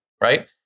right